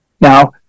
Now